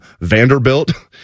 Vanderbilt